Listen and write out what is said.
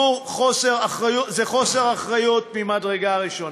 זה חוסר אחריות ממדרגה ראשונה.